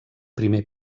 primer